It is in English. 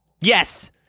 Yes